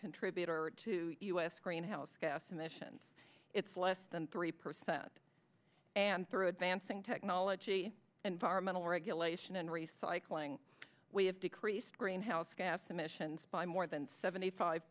contributor to us greenhouse gas emissions it's less than three percent and through advancing technology environmental regulation and recycling we have decreased greenhouse gas emissions by more than seventy five